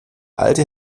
alte